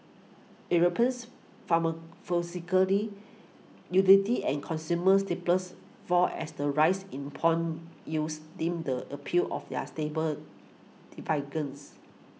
Europeans utilities and consumer staples fall as the rise in pong yields dimmed the appeal of their stable dividends